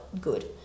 good